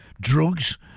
drugs